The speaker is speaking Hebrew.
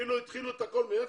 זה כאילו התחילו את הכול מאפס.